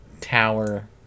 tower